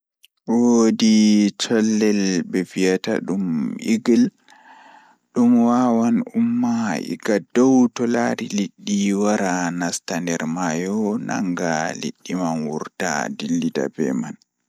Jokkondir cuuraande e dakarol onion, garlic, e ginger. Njiddaade cuuraande ngal e kadi sabuɓe turmeric, cumin, curry powder, e chili pepper. Foti waawaa njiddaade kadi noone tomatoes, coconut milk, e broth ngam moƴƴaare. Hokkondir njum ngal he ɗuɗɗo ndiyam ngal holla. Nde nguurndam ngal waawataa njiddaade ngol leydi.